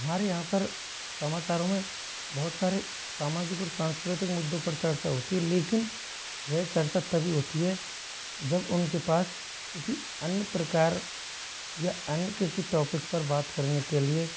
हमारे यहाँ पर समाचारों में बहुत सारे सामाजिक और संस्कृतिक मुद्दों पर चर्चा होती है लेकिन वह चर्चा तभी होती है जब उनके पास किसी अन्य प्रकार या अन्य किसी टॉपिक पर बात करने के लिए